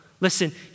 Listen